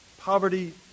poverty